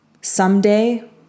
Someday